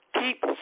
Keep